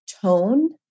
tone